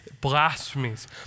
blasphemies